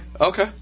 Okay